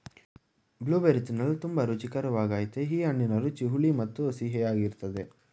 blueberry ತಿನ್ನಲು ತುಂಬಾ ರುಚಿಕರ್ವಾಗಯ್ತೆ ಈ ಹಣ್ಣಿನ ರುಚಿ ಹುಳಿ ಮತ್ತು ಸಿಹಿಯಾಗಿರ್ತದೆ